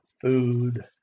food